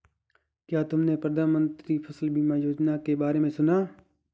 क्या तुमने प्रधानमंत्री फसल बीमा योजना के बारे में सुना?